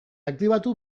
aktibatu